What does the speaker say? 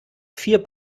vier